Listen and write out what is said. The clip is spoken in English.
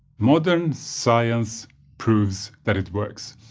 modern science proves that it works.